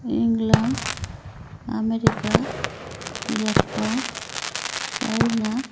England America Japan China